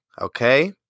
Okay